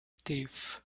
teeth